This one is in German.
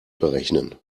berechnen